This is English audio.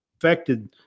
affected